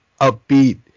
upbeat